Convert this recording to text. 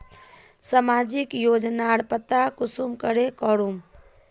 सामाजिक योजनार पता कुंसम करे करूम?